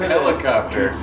helicopter